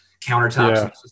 countertops